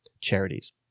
charities